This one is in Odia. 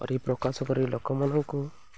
ପରିପ୍ରକାଶ କରି ଲୋକମାନଙ୍କୁ